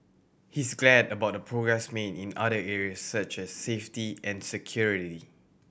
he is glad about the progress made in other area such as safety and security